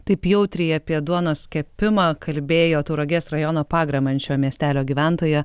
taip jautriai apie duonos kepimą kalbėjo tauragės rajono pagramančio miestelio gyventoja